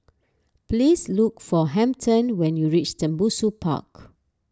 please look for Hampton when you reach Tembusu Park